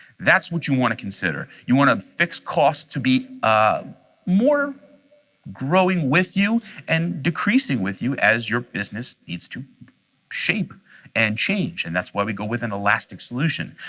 that's what you want to consider. you want a fixed cost to be um more growing with you and decreasing with you as your business needs to shape and change. and that's why we go with an elastic solution.